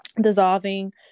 dissolving